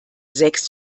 sechs